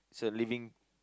is a living